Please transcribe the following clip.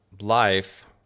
life